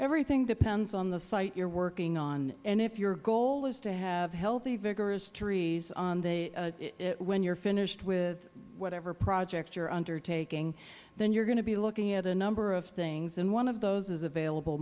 everything depends on the site you are working on and if your goal is to have healthy vigorous trees on the when you are finished with whatever projects you are undertaking then you are going to be looking at a number of things and one of those is available